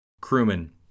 Crewman